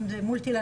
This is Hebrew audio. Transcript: אם זה מלטראלי,